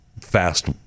fast